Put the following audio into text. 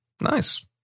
Nice